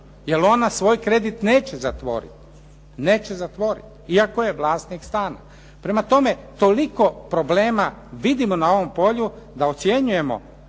jer ona svoj kredit neće zatvoriti. Neće zatvoriti, iako je vlasnik stana. Prema tome, toliko problema vidimo na ovom polju da ocjenjujemo